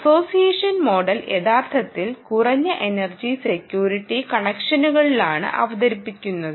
association model യഥാർത്ഥത്തിൽ കുറഞ്ഞ energy security കണക്ഷനുകളിലാണ് അവതരിപ്പിച്ചിരിക്കുന്നത്